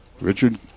Richard